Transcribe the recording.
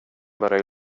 börjar